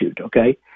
okay